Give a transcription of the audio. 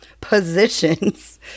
positions